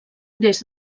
des